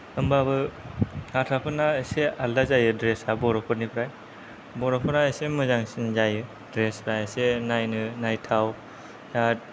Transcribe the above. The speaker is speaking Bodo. होम्बाबो हारसाफोरना इसे आलादा जायो द्रेसा बर'फोरनिफ्राय बर'फोरा इसे मोजांसिन जायो द्रेस फ्रा इसे नायनो नायथाव दा